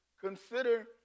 Consider